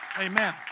Amen